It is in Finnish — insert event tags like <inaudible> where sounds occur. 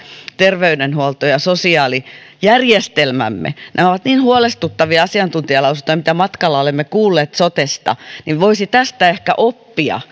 terveydenhuolto ja sosiaalijärjestelmämme kun nämä ovat niin huolestuttavia asiantuntijalausuntoja mitä matkalla olemme kuulleet sotesta niin voisi tästä ehkä oppia <unintelligible>